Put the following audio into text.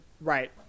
Right